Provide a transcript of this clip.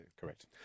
Correct